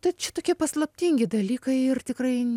tai čia tokie paslaptingi dalykai ir tikrai